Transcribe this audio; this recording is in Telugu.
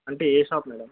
అంటే ఏ షాప్ మేడం